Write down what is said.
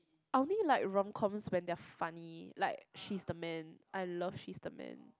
I only like rom coms when they are funny like She's the Man I love She's the Man